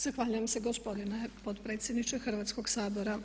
Zahvaljujem se gospodine potpredsjedniče Hrvatskog sabora.